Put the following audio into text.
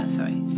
sorry